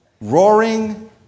roaring